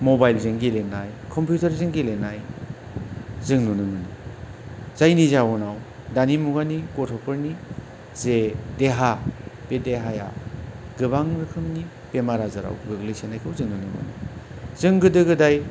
मबाइलजों गेलेनाय कम्पिउथारजों गेलेनाय जों नुनो मोनो जायनि जाउनाव दानि मुगानि गथ'फोरनि जे देहा बे देहाया गोबां रोखोमनि बेमार आजाराव गोग्लैसोनायखौ जों नुनो मोनो जों गोदो गोदाय